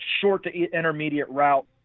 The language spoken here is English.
short-to-intermediate-route